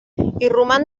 roman